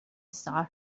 saw